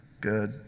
Good